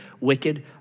wicked